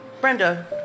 Brenda